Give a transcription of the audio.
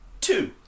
Two